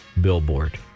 billboard